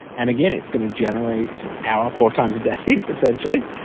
and again, it's going to generate power four times a day essentially,